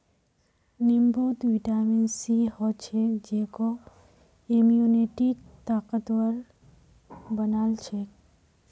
नींबूत vitamin C ह छेक जेको इम्यूनिटीक ताकतवर बना छेक